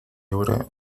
ahora